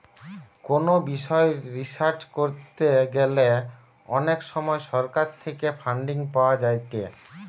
কোনো বিষয় রিসার্চ করতে গ্যালে অনেক সময় সরকার থেকে ফান্ডিং পাওয়া যায়েটে